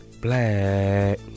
Black